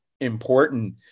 important